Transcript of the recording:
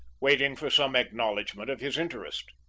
waiting for some acknowledgment of his interest,